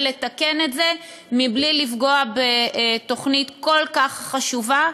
ולתקן את זה בלי לפגוע בתוכנית כל כך חשובה,